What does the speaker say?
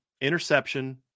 interception